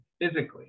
physically